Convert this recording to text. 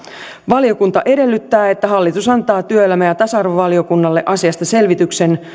valiokunta edellyttää että hallitus antaa työelämä ja tasa arvovaliokunnalle asiasta selvityksen